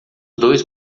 dois